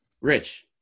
Rich